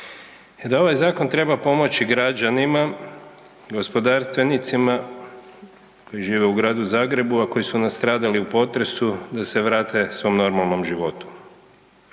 je da ovaj zakon treba pomoći građanima, gospodarstvenicima koji žive u gradu Zagrebu, a koji su nastradali u potresu da se vrate svom normalnom životu.